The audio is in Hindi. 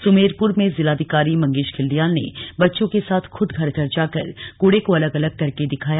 सुमेरपुर में जिलाधिकारी मंगेश घिल्डियाल ने बच्चों के साथ खुद घर घर जाकर कड़े को अलग अलग करके दिखाया